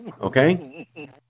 Okay